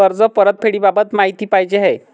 कर्ज परतफेडीबाबत माहिती पाहिजे आहे